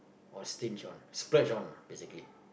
or stinge on splurge on lah basically